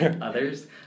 others